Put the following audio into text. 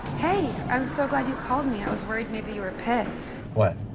hey! i'm so glad you called me. i was worried maybe you were pissed. what,